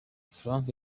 frank